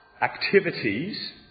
activities